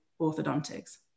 orthodontics